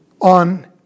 on